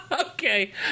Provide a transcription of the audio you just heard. Okay